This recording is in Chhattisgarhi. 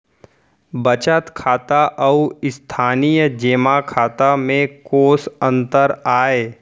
बचत खाता अऊ स्थानीय जेमा खाता में कोस अंतर आय?